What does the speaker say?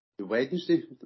wednesday